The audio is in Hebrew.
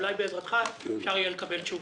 שאולי בעזרתך אפשר יהיה לקבל תשובות.